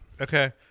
Okay